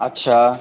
अच्छा